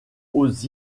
aux